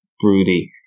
broody